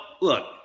look